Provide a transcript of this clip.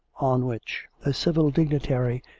on which a civil dignitary,